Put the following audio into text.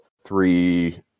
three